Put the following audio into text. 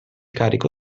carico